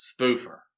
spoofer